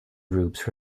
groups